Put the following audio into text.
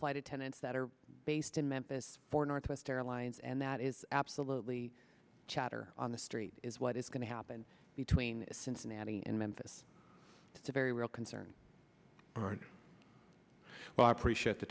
flight attendants that are based in memphis for northwest airlines and that is absolutely chatter on the street is what is going to happen between cincinnati in memphis it's a very real concern well i appreciate the